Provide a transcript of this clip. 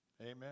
Amen